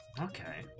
okay